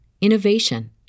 innovation